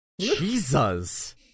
Jesus